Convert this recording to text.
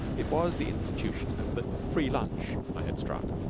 it was the institution of the free lunch i had struck.